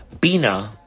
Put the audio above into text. Bina